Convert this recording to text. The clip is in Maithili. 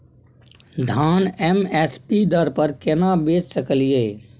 धान एम एस पी दर पर केना बेच सकलियै?